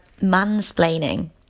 mansplaining